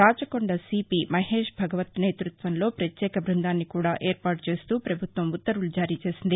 Rachakonda CP Mahesh Bhagwat నేతృత్వంలో పత్యేక బృందాన్ని కూడా ఏర్పాటు చేస్తూ పభుత్వం ఉత్తర్వు లు జారీ చేసింది